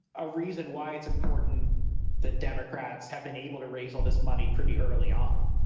a reason why it's important that democrats have been able to raise all this money pretty early on.